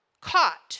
caught